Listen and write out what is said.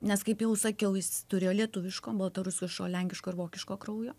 nes kaip jau sakiau jis turėjo lietuviško baltarusiško lenkiško ir vokiško kraujo